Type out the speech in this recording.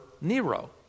Nero